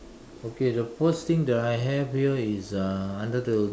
okay the first thing that I have here is uh under the